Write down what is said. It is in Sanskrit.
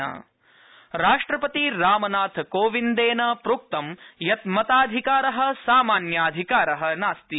राष्ट्रपति रामनाथ राष्ट्रपति रामनाथ कोविंदेन प्रोक्त यत् मताधिकारः सामान्याधिकार नास्ति